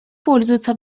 пользуются